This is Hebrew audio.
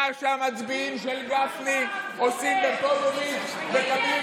שעל מה שהמצביעים של גפני עושים בפוניבז' מקבלים